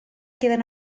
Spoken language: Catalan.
queden